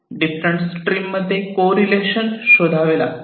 different stream मध्ये correlation शोधावे लागते